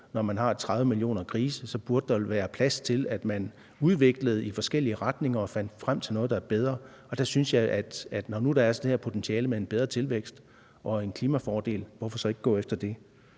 Når man har 30 millioner grise, burde der vel være plads til, at man udviklede det i forskellige retninger og fandt frem til noget, der er bedre. Og når nu der er det her potentiale med en bedre tilvækst og en klimafordel, hvorfor så ikke gå efter det?